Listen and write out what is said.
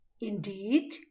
Indeed